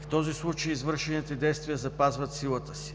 В този случай извършените действия запазват силата си.